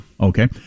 Okay